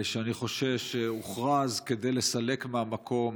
אני חושש שהוא הוכרז כדי לסלק מהמקום